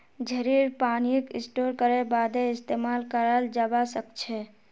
झड़ीर पानीक स्टोर करे बादे इस्तेमाल कराल जबा सखछे